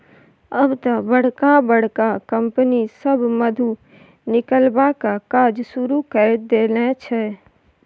आब तए बड़का बड़का कंपनी सभ मधु निकलबाक काज शुरू कए देने छै